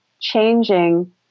changing